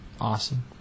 Awesome